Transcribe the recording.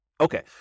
Okay